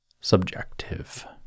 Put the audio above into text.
subjective